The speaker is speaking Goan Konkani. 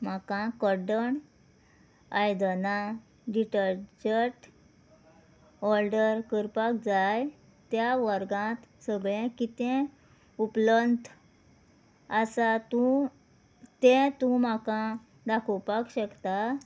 म्हाका कड्डण आयदनां डिटर्जंट ऑर्डर करपाक जाय त्या वर्गांत सगळें कितें उपलंद आसा तूं तें तूं म्हाका दाखोवपाक शकता